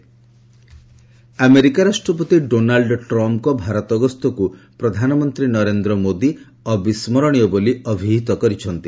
Trump leaves America ରାଷ୍ଟ୍ରପତି Donald ଟ୍ରମ୍ପଙ୍କ ଭାରତ ଗସ୍ତକୁ ପ୍ରଧାନମନ୍ତ୍ରୀ ନରେନ୍ଦ୍ର ମୋଦି ଅବିସ୍କରଣୀୟ ବୋଲି ଅଭିହିତ କରିଛନ୍ତି